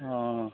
অঁ